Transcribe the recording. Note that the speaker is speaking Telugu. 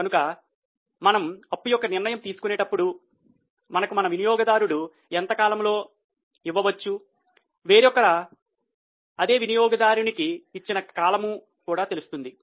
కనుక మనము అప్పు యొక్క నిర్ణయం తీసుకునేటప్పుడు మనకు మన వినియోగదారుడు ఎంత కాలములో ఇవ్వవచ్చు వేరొకరు అదే వినియోగదారునికి ఇచ్చిన కాలము తెలుస్తుంది